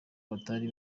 batari